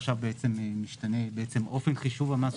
עכשיו משתנה אופן חישוב המס.